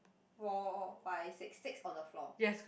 four five six six on the floor